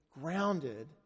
grounded